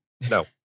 No